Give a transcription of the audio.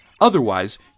Otherwise